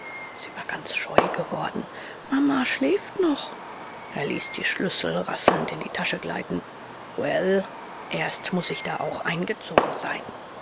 sie war ganz scheu geworden mama schläft noch er ließ die schlüssel rasselnd in die tasche gleiten well erst muß ich da auch eingezogen sein